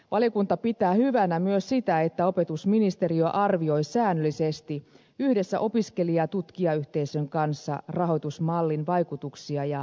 valiokunta pitää hyvänä myös sitä että opetusministeriö arvioi säännöllisesti yhdessä opiskelijatutkija yhteisön kanssa rahoitusmallin vaikutuksia ja kehittämistarpeita